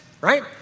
right